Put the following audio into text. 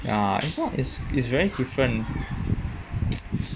ya is not it's it's very different